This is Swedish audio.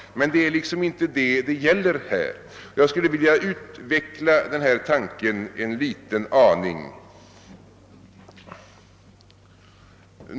Men det är inte detta saken gäller, och jag skulle vilja utveckla denna tan ke en liten aning.